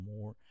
more